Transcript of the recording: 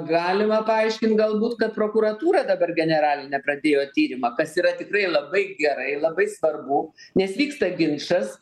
galima paaiškint galbūt kad prokuratūra dabar generalinė pradėjo tyrimą kas yra tikrai labai gerai labai svarbu nes vyksta ginčas